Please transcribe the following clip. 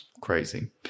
Crazy